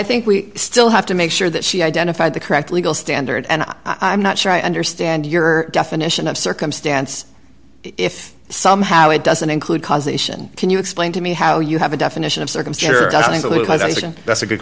think we still have to make sure that she identified the correct legal standard and i'm not sure i understand your definition of circumstance if somehow it doesn't include causation can you explain to me how you have a definition of